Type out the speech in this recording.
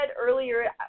earlier